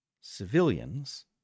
civilians